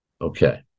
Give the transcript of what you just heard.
Okay